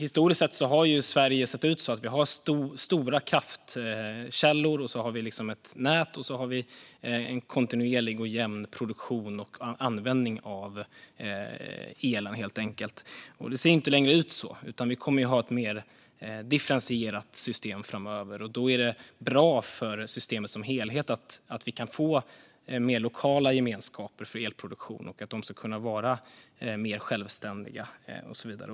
Historiskt sett har Sverige sett ut så här: Vi har stora kraftkällor, vi har ett nät och så har vi en kontinuerlig och jämn produktion och användning av el, helt enkelt. Det ser inte längre ut så, utan vi kommer att ha ett mer differentierat system framöver. Då är det bra för systemet som helhet att vi kan få mer lokala gemenskaper för elproduktion och att de kan vara mer självständiga och så vidare.